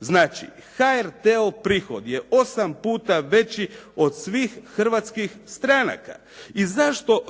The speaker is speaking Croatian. Znači, HRT-ov prihod je 8 puta veći od svih hrvatskih stranaka. I zašto